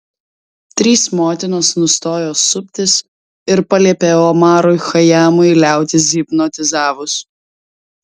trys motinos nustojo suptis ir paliepė omarui chajamui liautis hipnotizavus